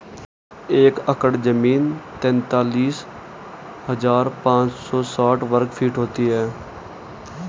एक एकड़ जमीन तैंतालीस हजार पांच सौ साठ वर्ग फुट होती है